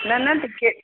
न न टिकट